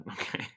Okay